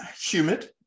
Humid